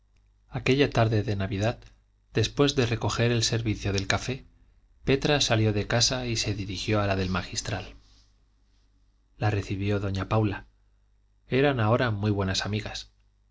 aquella tarde de navidad después de recoger el servicio del café petra salió de casa y se dirigió a la del magistral la recibió doña paula eran ahora muy buenas amigas